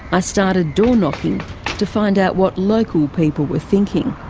i started doorknocking to find out what local people were thinking.